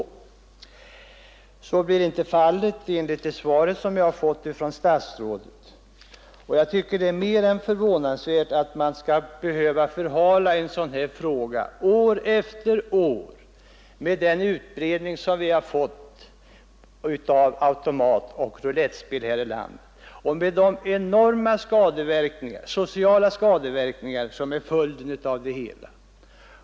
Så blir inte fallet enligt 21 mars 1972 det svar som jag har fått från statsrådet. Öm skärpt kontroll Jag tycker det är mer än förvånansvärt att man år efter år skall behöva SAO a förhala en sådan fråga, med den utbredning som vi har fått av automatav automatoci roulettspel och roulettspel här i landet och med de enorma sociala skadeverkningar som blir följden.